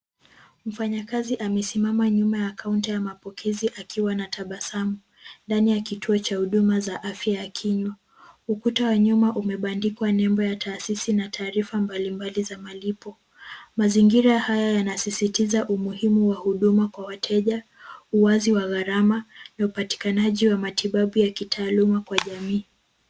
Mfanyakazi amesimama nyuma ya kaunta ya mapokezi akiwa anatabasamu ndani ya kituo cha huduma za afya ya kinywa ,ukuta wa nyuma umebandikwa nembo ya taasisi na taarifa mbalimbali za malipo, mazingira haya yanasisitiza umuhimu wa huduma kwa wateja, uwazi wa gharama, na upatikanaji wa matibabu ya kitaalam kwa jamii.